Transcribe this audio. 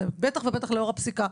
בטח ובטח לאור הפסיקה.